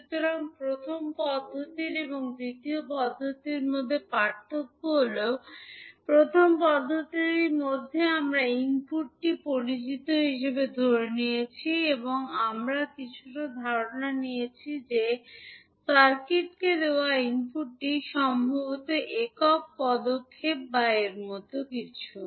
সুতরাং প্রথম পদ্ধতির এবং দ্বিতীয় পদ্ধতির মধ্যে পার্থক্যটি হল প্রথম পদ্ধতির মধ্যে আমরা ইনপুটটি পরিচিত হিসাবে ধরে নিয়েছি এবং আমরা কিছুটা ধারণা নিয়েছি যে সার্কিটকে দেওয়া ইনপুটটি সম্ভবত একক পদক্ষেপ বা এর মতো কিছু